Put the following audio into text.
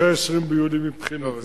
זה 20 ביולי מבחינתי.